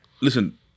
Listen